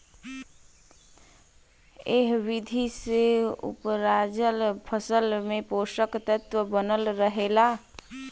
एह विधि से उपराजल फसल में पोषक तत्व बनल रहेला